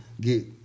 get